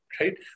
right